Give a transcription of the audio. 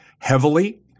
heavily